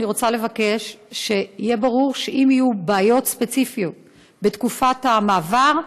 אני רוצה לבקש שיהיה ברור שאם יהיו בעיות ספציפיות בתקופת המעבר,